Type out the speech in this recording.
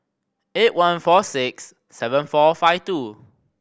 eight one four six seven four five two